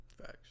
facts